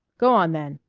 go on, then.